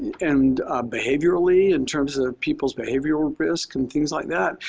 and behaviorally in terms of people's behavioral risk and things like that.